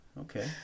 Okay